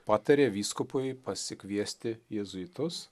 patarė vyskupui pasikviesti jėzuitus